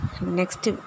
Next